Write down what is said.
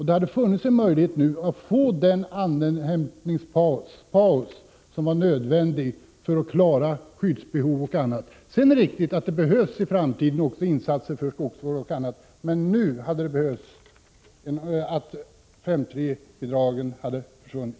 Det hade nu funnits en möjlighet att få den andhämtningspaus som var nödvändig för att man skulle kunna tillgodose skyddsbehov och annat. Sedan är det riktigt att det i framtiden också behövs insatser för skogsvård. Men vad som nu hade behövts var att 5:3-bidraget hade försvunnit.